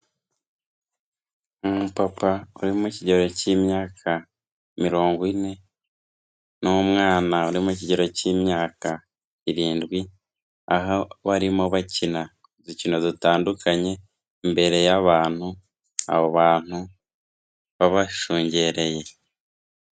Umupapa uri mu kigero cy'imyaka mirongo ine, n'umwana uri mu kigero cy'imyaka irindwi, aho barimo bakina udukino dutandukanye imbere y'abantu, abo bantu babashungereye.